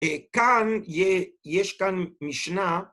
כאן, יש כאן משנה